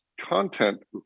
content